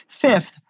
Fifth